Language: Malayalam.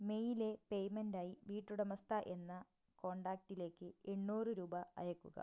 മേയിലെ പേയ്മെന്റായി വീട്ടുടമസ്ഥ എന്ന കോണ്ടാക്ടിലേക്ക് എണ്ണൂറ് രൂപ അയയ്ക്കുക